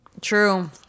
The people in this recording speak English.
True